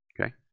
Okay